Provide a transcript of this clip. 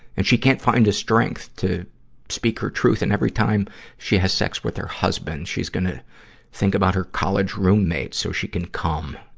and she can't find the strength to speak her truth. and every time she has sex with her husband, she's gonna think about her college roommate so she can cum.